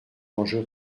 l’enjeu